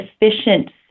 efficient